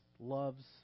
loves